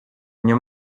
nie